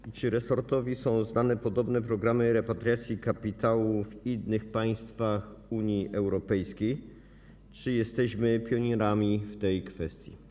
I czy resortowi są znane podobne programy repatriacji kapitału w innych państwach Unii Europejskiej, czy jesteśmy pionierami w tej kwestii?